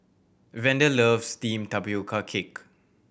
Vander loves steamed tapioca cake